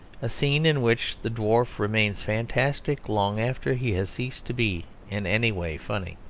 a scene in which the dwarf remains fantastic long after he has ceased to be in any way funny.